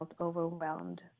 overwhelmed